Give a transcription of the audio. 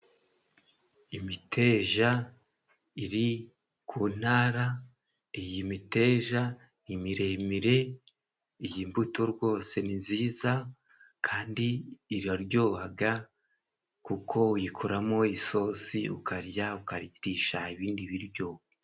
Imiteja iri ku ntara, iyi miteja ni miremire, iyi mbuto rwose ni nziza kandi iraryohaga, kuko uyikoramo isosi ukarya, ukarisha ibindi biryo.